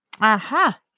Aha